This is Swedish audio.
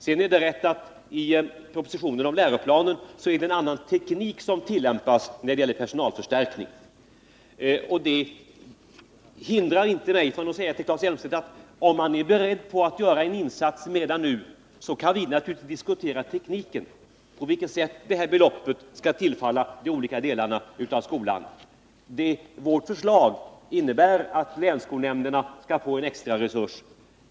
Sedan är det riktigt att det i propositionen om läroplanen tillämpas en annan teknik när det gäller personalförstärkning. Det hindrar inte mig från att säga till Claes Elmstedt att om han är beredd att göra en insats redan nu, så kan vi naturligtvis diskutera tekniken, på vilket sätt de här beloppen skall tillfalla de olika delarna av skolan. Vårt förslag innebär att länsskolnämnderna skall få en extra resurs.